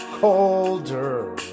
colder